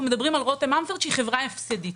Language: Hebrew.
מדברים על רותם אמפרט שהיא חברה הפסדית.